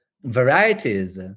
varieties